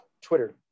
Twitter